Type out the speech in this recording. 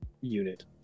unit